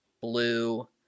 blue